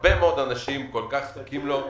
שהרבה מאוד אנשים כל כך זקוקים לו,